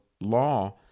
law